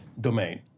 domain